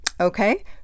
Okay